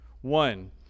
One